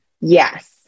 Yes